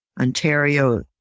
Ontario